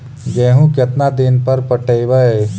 गेहूं केतना दिन पर पटइबै?